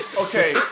Okay